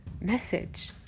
message